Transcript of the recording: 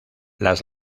las